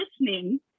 listening